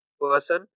person